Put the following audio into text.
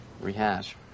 Rehash